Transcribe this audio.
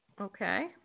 Okay